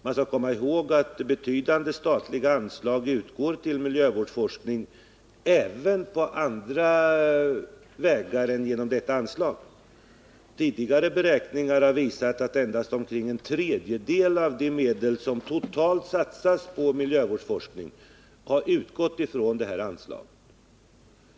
Man skall komma ihåg att betydande statliga anslag utgår till miljövårdsforskning även på andra vägar än genom detta anslag. Tidigare beräkningar har visat att endast omkring en tredjedel av de medel som totalt satsats på miljövårdsforskning har utgått från detta anslag.